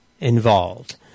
involved